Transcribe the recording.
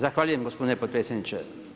Zahvaljujem gospodine potpredsjedniče.